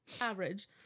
average